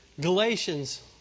Galatians